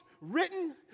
written